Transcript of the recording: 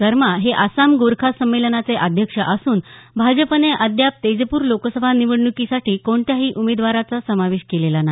सरमा हे आसाम गोरखा संमेलनाचे अध्यक्ष असून भाजपने अद्याप तेजपूर लोकसभा निवडणुकीसाठी कोणत्याही उमेदवाराचा समावेश केलेला नाही